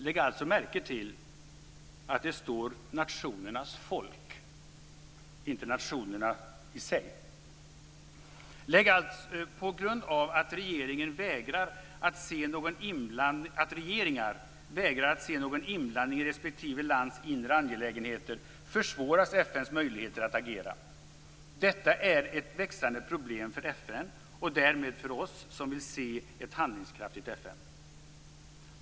Lägg alltså märke till att det talas om "nationernas folk", inte nationerna i sig. På grund av att regeringar vägrar att se någon inblandning i respektive lands inre angelägenheter försvåras FN:s möjligheter att agera. Detta är ett växande problem för FN och därmed för oss som vill se ett handlingskraftigt FN.